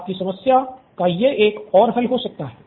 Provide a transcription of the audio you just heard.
आपकी समस्या का ये एक और हल हो सकता है